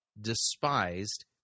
despised